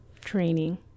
training